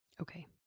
Okay